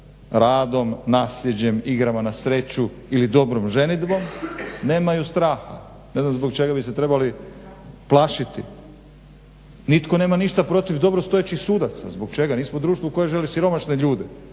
radom, nasljeđem, igrama na sreću ili dobrom ženidbom, nemaju straha. Ne znam zbog čega bi se trebali plašiti. Nitko nema ništa protiv dobrostojećih sudaca. Zbog čega? Nismo društvo koje želi siromašne ljude.